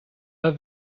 pas